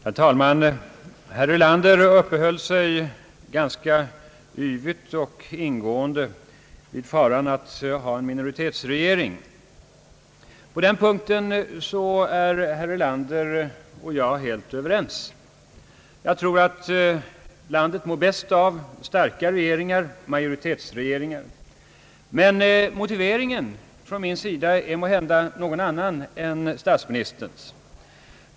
Herr talman! Herr Erlander uppehöll sig ganska yvigt och ingående vid faran av att ha en minoritetsregering. På den punkten är herr Erlander och jag helt överens. Jag tror ait landet mår bäst av starka regeringar — majoritetsregeringar. Men min motivering är inte densamma som statsministerns.